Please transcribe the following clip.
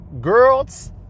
girls